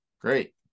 great